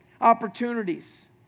opportunities